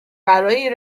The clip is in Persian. برای